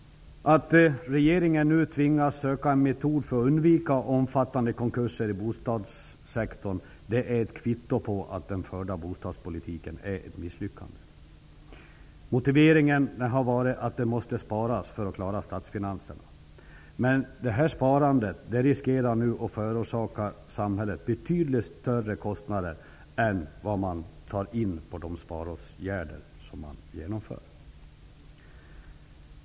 Att regeringen nu tvingas söka en metod för att undvika omfattande konkurser i bostadssektorn är ett kvitto på att den förda bostadspolitiken är ett misslyckande. Motiveringen till denna politik har varit att vi måste spara för att klara statsfinanserna. Detta sparande riskerar nu att förorsaka samhället betydligt större kostnader än vad som tas in på de sparåtgärder som regeringen genomför.